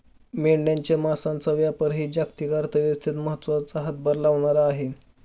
मेंढ्यांच्या मांसाचा व्यापारही जागतिक अर्थव्यवस्थेत महत्त्वाचा हातभार लावणारा आहे